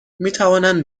میتوانند